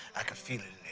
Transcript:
i could feel it